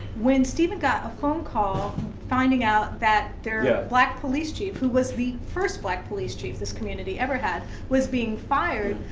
when stephen got a phone call finding out that their yeah black police chief, who was the first black police chief this community ever had was being fired,